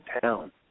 town